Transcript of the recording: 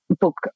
book